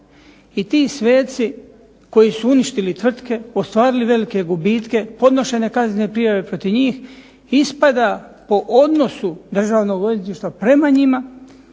I ti sveci koji su uništili tvrtke, ostvarili velike gubitke, podnošene kaznene protiv njih. Ispada po odnosu Državnog odvjetništva prema njima